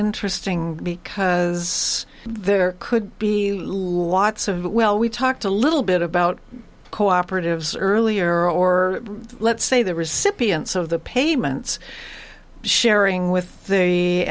interesting because there could be lots of well we talked a little bit about cooperatives earlier or let's say the recipients of the payments sharing with the